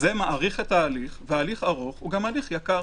מאריך את ההליך, והליך ארוך הוא גם הליך יקר.